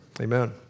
Amen